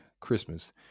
Christmas